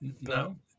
No